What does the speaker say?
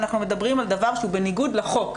אנחנו מדברים על דבר שהוא בניגוד לחוק,